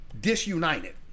disunited